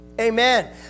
Amen